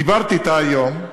דיברתי אתה היום.